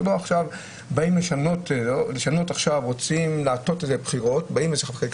זה לא שעכשיו רוצים לשנות ולהטות בחירות ובא השלטון